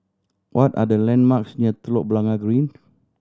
what are the landmarks near Telok Blangah Green